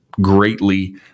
greatly